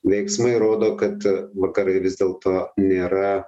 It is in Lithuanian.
veiksmai rodo kad vakarai vis dėlto nėra